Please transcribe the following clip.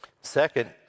Second